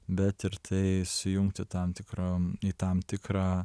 bet ir tai sujungti tam tikra tam tikrą